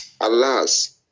Alas